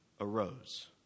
arose